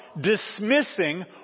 dismissing